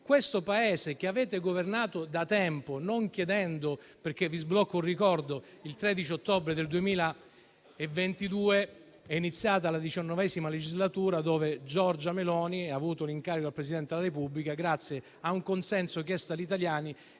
questo Paese che avete governato da tempo. Vi sblocco un ricordo: il 13 ottobre del 2022 è iniziata la diciannovesima legislatura, in cui Giorgia Meloni ha avuto l'incarico dal Presidente della Repubblica grazie a un consenso chiesto agli italiani.